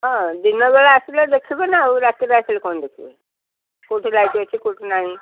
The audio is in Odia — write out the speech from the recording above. ହଁ ଦିନବେଳେ ଆସିଲେ ଦେଖିବେନା ଆଉ ରାତିରେ ଆସିଲେ କଣ ଦେଖିବେ କଉଠି ଲାଇଟ୍ ଅଛି କଉଠି ନାହିଁ